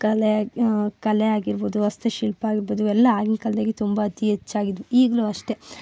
ಕಲೆ ಕಲೆ ಆಗಿರಬೋದು ವಾಸ್ತುಶಿಲ್ಪ ಆಗಿರಬೋದು ಇವೆಲ್ಲ ಆಗಿನ ಕಾಲದಾಗೆ ತುಂಬ ಅತಿ ಹೆಚ್ಚಾಗಿದ್ವು ಈಗಲೂ ಅಷ್ಟೇ